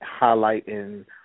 highlighting